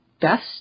best